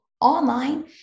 online